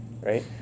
right